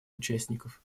участников